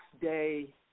day